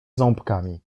ząbkami